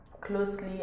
closely